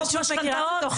חוק משכנתאות,